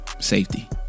Safety